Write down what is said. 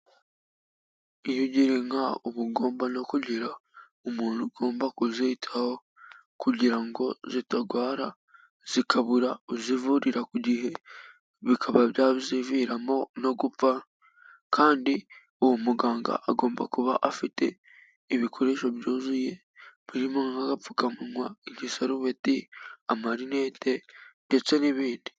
Iyo ugira inka uba ugomba no kugira umuntu ugomba kuzitaho kugira ngo zitarwara zikabura uzivurira ku gihe, bikaba byaziviramo no gupfa kandi uwo muganga agomba kuba afite ibikoresho byuzuye birimo agapfukamunwa, igisarubeti, amarinete ndetse n'ibindi.